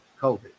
COVID